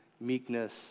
meekness